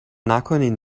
نکنین